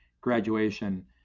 graduation